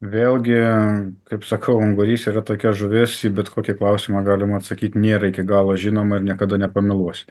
vėlgi kaip sakau ungurys yra tokia žuvis į bet kokį klausimą galima atsakyti nėra iki galo žinoma ir niekada nepameluosi